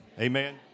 Amen